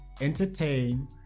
entertain